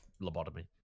lobotomy